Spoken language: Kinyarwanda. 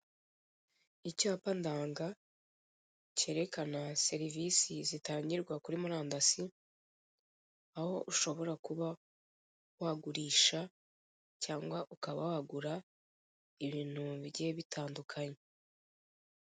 Icyapa ndanga kerekana serivisi zitangirwa kuri murandasi, aho ushobora kuba wagurisha, cyangwa ukaba wagura ibintu bigiye bitandukanye.